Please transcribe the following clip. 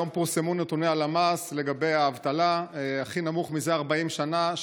היום פורסמו נתוני הלמ"ס לגבי האבטלה: הכי נמוכים זה 40 שנה,